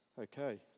Okay